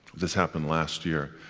this happened last year.